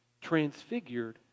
Transfigured